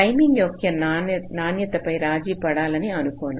timing యొక్క నాణ్యత పై రాజి పడాలని అనుకోను